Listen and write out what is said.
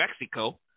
Mexico